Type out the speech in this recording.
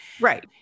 Right